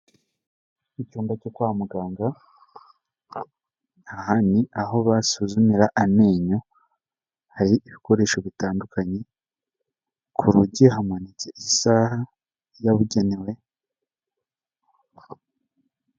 Icyumba cyo kwa muganga, aha ni aho basuzumira amenyo, hari ibikoresho bitandukanye, ku rugi hamanitse isaha yabugenewe.